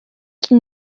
qu’il